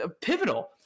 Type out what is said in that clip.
pivotal